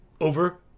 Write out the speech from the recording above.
over